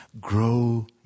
grow